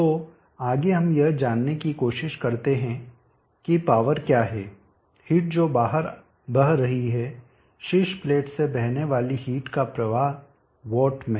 तो आगे हम यह जानने की कोशिश करते हैं कि पावर क्या है हिट जो बाहर बह रही है शीर्ष प्लेट से बहने वाले हिट का प्रवाह वाट में